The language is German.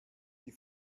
die